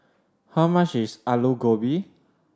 how much is Alu Gobi